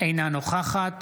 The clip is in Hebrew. אינה נוכחת